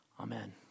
amen